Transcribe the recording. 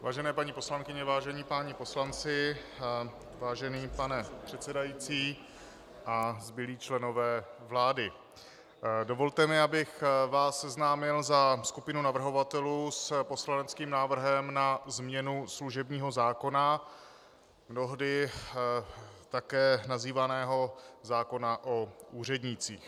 Vážené paní poslankyně, vážení páni poslanci, vážený pane předsedající a zbylí členové vlády, dovolte mi, abych vás za skupinu navrhovatelů seznámil s poslaneckým návrhem na změnu služebního zákona, mnohdy také nazývaného zákona o úřednících.